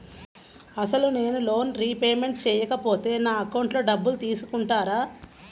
అసలు నేనూ loan repayment చేయకపోతే నా అకౌంట్లో డబ్బులు తీసుకుంటారా?